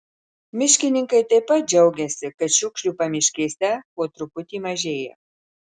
miškininkai taip pat džiaugiasi kad šiukšlių pamiškėse po truputį mažėja